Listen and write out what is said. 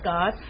God